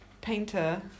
painter